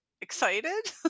excited